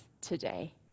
today